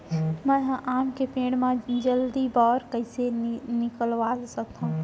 मैं ह आम के पेड़ मा जलदी बौर कइसे निकलवा सकथो?